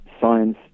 science